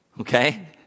okay